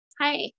Hi